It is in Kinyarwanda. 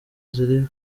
ziri